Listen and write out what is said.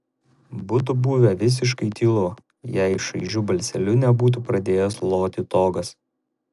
būtų buvę visiškai tylu jei šaižiu balseliu nebūtų pradėjęs loti togas